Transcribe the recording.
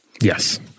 Yes